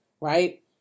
right